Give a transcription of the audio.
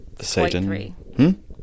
Satan